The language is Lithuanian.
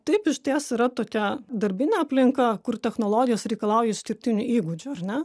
taip išties yra tokia darbinė aplinka kur technologijos reikalauja išskirtinių įgūdžių ar ne